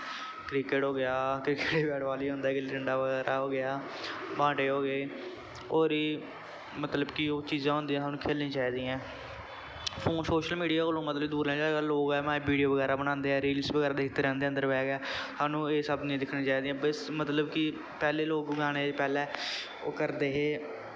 cricket हो गेआ cricket बी बैट बाल ही होंदा ऐ गिल्ली डंडा बगैरा हो गेआ बांटे हो गे होर बी मतलब कि ओह् चीजां होंदियां सानू खेलनियां चाहिदियां न फोन सोशल मीडिया कोला दूर मतलब रौह्ना चाहिदा ऐ लोक ऐ माए वीडियो बगैरा बनांदे ऐ रील्स बगैरा देखदे रैंह्दे ऐं अन्दर बैह् के सानू एह् सब नी दिक्खनियां चाहिदियां बस मतलब कि पैह्लें लोग गाने पैह्लें ओह् करदे हे